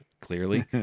clearly